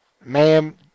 ma'am